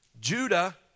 Judah